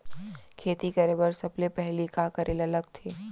खेती करे बर सबले पहिली का करे ला लगथे?